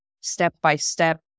step-by-step